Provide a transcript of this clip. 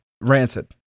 rancid